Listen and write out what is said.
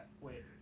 wait